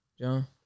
John